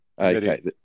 Okay